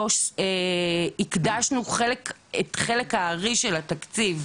להרים פה את הזה ולהגיד שב-2023 הקדשנו חלק הארי של התקציב,